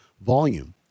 volume